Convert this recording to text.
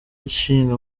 ishinga